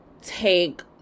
take